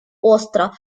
остро